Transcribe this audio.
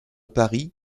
paris